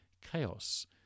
chaos